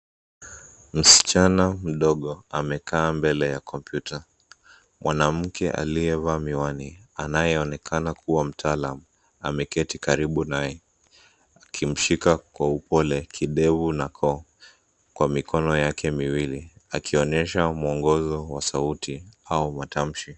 Msichana mdogo amekaa mbele ya kompyuta. Mwanamke aliyevaa miwani, anayeonekana kuwa mtaalam, ameketi karibu naye, akimshika kwa upole kidevu na koo, kwa mikono yake miwili akionesha mwongozo wa sauti au matamshi.